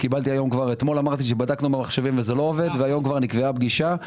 אתמול אמרתי שבדקנו במחשבים וזה לא עובד והיום כבר נקבעה פגישה.